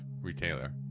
Retailer